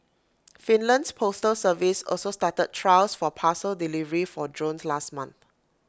Finland's postal service also started trials for parcel delivery for drones last month